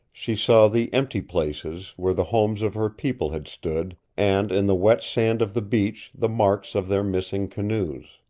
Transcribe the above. she saw the empty places where the homes of her people had stood, and in the wet sand of the beach the marks of their missing canoes.